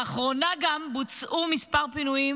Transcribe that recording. לאחרונה גם בוצעו כמה פינויים